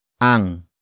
ang